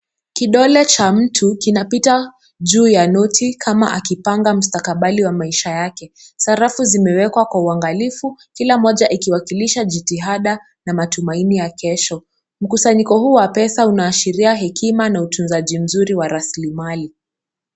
Kidole cha mtu kinapita juu ya noti kama akipanga mustakabali wa maisha yake. Sarafu zimewekwa kwa uangalifu kila moja ikiwakilisha jitihada na matumaini ya kesho. Mkusanyiko huu wa pesa unaashiria hekima na utunzaji mzuri wa rasilimali.